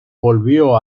volvió